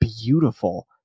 beautiful